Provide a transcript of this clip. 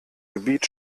gebiet